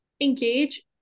engage